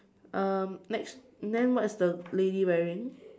um next then what is the lady wearing